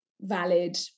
valid